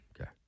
Okay